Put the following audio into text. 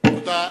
תודה.